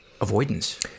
avoidance